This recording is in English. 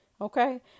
Okay